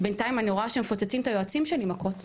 בינתיים אני רואה שמפוצצים את היועצים שלי במכות.